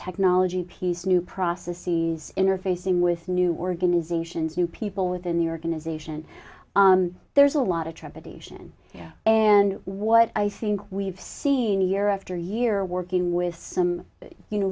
technology piece new process interfacing with new organizations new people within the organization there's a lot of trepidation and what i think we've seen year after year working with some you know